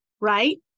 right